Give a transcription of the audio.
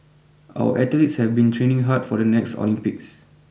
our athletes have been training hard for the next Olympics